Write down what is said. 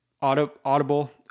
Audible